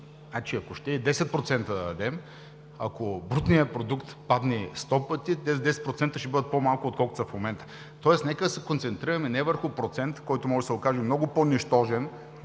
– ако ще и 10% да дадем, ако брутният продукт падне сто пъти, тези 10% ще бъдат по-малко, отколкото са в момента. Тоест нека да се концентрираме не върху процент, който може да се окаже много по-нищожен